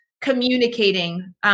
communicating